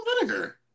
vinegar